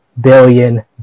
billion